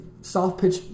soft-pitch